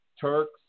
Turks